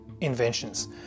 inventions